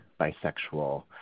bisexual